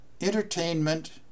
entertainment